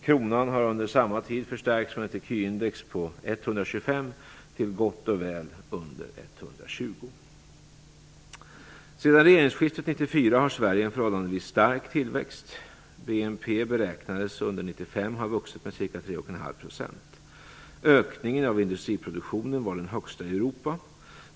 Kronan har under samma tid förstärkts från ett ecuindex på 125 till gott och väl under 120. Sedan regeringsskiftet 1994 har Sverige en förhållandevis stark tillväxt. BNP beräknades under 1995 ha vuxit med ca 3,5 %. Ökningen av industriproduktionen var den högsta i Europa.